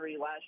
last